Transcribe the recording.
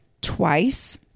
twice